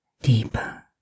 deeper